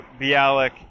Bialik